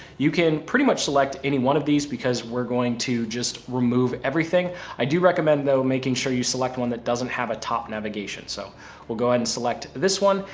you can pretty much select any one of these, because we're going to just remove everything i do recommend though, making sure you select one that doesn't have a top navigation. so we'll go ahead and select this one.